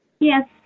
Yes